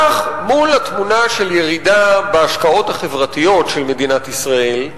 מול התמונה של ירידה בהשקעות החברתיות של מדינת ישראל,